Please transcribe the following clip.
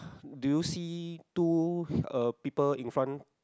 do you see two uh people in front